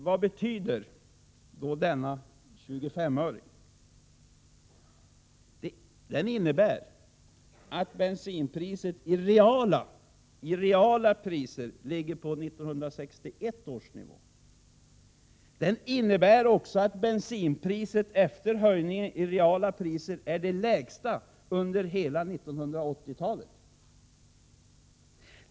Vad betyder då denna höjning med en 25-öring? — Den innebär att det reala bensinpriset ligger på 1961 års nivå. — Den innebär också att priset på bensin efter höjningen i reala termer är det lägsta under hela 1980-talet.